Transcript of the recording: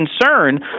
concern